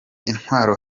intwaro